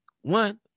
One